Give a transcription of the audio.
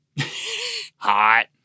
hot